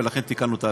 ולכן תיקנו את ההצעה.